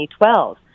2012